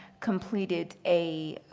completed a